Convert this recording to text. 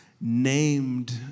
named